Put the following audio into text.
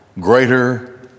greater